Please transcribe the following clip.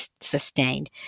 sustained